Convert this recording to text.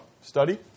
study